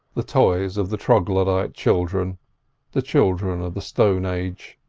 the toys of the troglodyte children the children of the stone age.